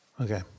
Okay